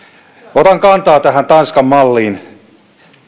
otan kantaa tähän tanskan malliin